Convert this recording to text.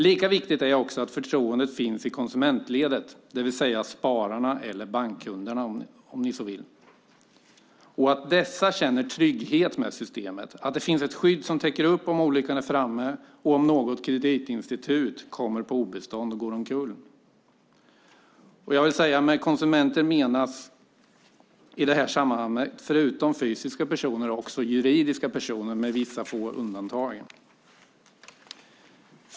Lika viktigt är att det finns ett förtroende i konsumentledet - spararna, eller bankkunderna om ni så vill, känner en trygghet med systemet - och att det finns ett skydd som täcker upp om olyckan är framme och något kreditinstitut kommer på obestånd och går omkull. Med "konsumenter" menas i sammanhanget förutom fysiska personer också juridiska personer, med vissa få undantag.